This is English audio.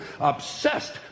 obsessed